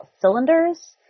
cylinders